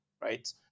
right